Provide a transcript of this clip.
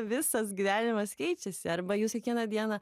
visas gyvenimas keičiasi arba jūs kiekvieną dieną